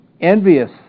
envious